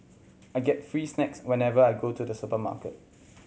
I get free snacks whenever I go to the supermarket